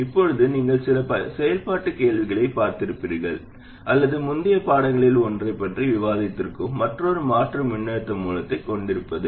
இப்போது நீங்கள் சில செயல்பாட்டுக் கேள்விகளில் பார்த்திருப்பீர்கள் அல்லது முந்தைய பாடங்களில் ஒன்றைப் பற்றி விவாதித்திருக்கும் மற்றொரு மாற்று மின்னழுத்த மூலத்தைக் கொண்டிருப்பது